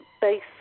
base